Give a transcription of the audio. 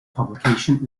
publication